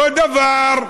אותו דבר.